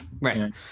Right